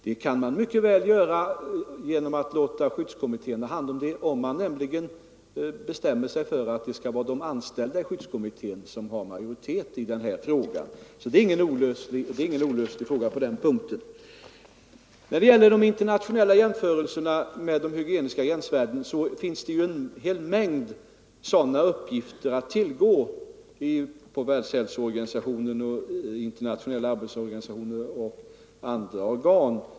Men dessa önskemål kan mycket väl tillgodoses genom att man låter skyddskommittén ta hand om verksamheten, om man nämligen bestämmer sig för att de anställda skall ha majoritet i skyddskommittén. Det är således inget olösligt problem. När det gäller de internationella jämförelserna av hygieniska gränsvärden finns en hel mängd sådana uppgifter — som vi självfallet studerar — att tillgå inom Världshälsoorganisationen, Internationella arbetsorganisationen och andra organ.